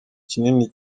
ikinini